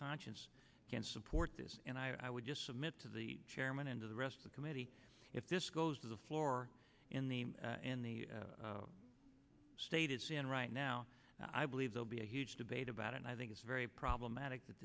conscience can support this and i would just submit to the chairman and to the rest of the committee if this goes to the floor in the in the state it's in right now i believe they'll be a huge debate about it and i think it's very problematic that